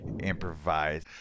Improvise